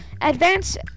advance